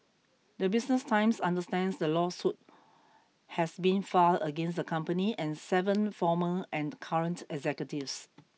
the Business Times understands the lawsuit has been filed against the company and seven former and current executives